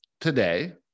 today